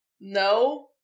No